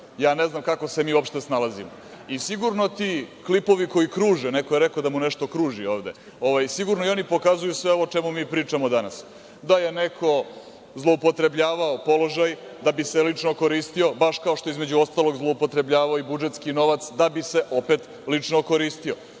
ja ne znam kako se mi uopšte snalazimo. Sigurno ti klipovi koji kruže, neko je rekao da mu nešto kruži ovde, sigurno i oni pokazuju sve ovo o čemu mi pričamo danas, da je neko zloupotrebljavao položaj da bi se lično okoristio, baš kao što je, između ostalog, zloupotrebljavao i budžetski novac, da bi se opet lično okoristio,